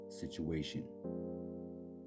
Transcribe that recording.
situation